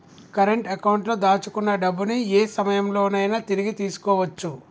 current అకౌంట్లో దాచుకున్న డబ్బుని యే సమయంలోనైనా తిరిగి తీసుకోవచ్చు